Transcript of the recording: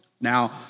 now